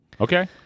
Okay